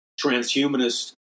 Transhumanist